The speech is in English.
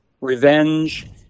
revenge